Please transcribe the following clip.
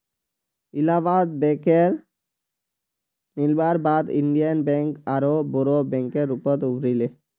इलाहाबाद बैकेर मिलवार बाद इन्डियन बैंक आरोह बोरो बैंकेर रूपत उभरी ले